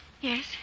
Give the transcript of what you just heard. Yes